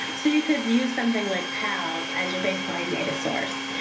so you could use something like pals as your baseline data source.